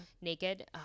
naked